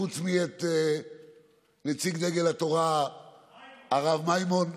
חוץ מאת נציג דגל התורה הרב מימון,